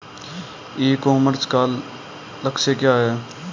ई commerce का लक्ष्य क्या है?